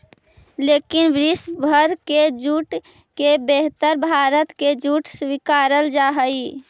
लेकिन विश्व भर के जूट से बेहतर भारत के जूट स्वीकारल जा हइ